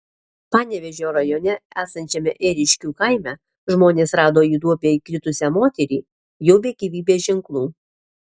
panevėžio rajone esančiame ėriškių kaime žmonės rado į duobę įkritusią moterį jau be gyvybės ženklų